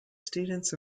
students